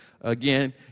Again